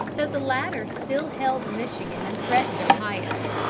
though the latter still held michigan and threatened ohio.